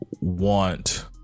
want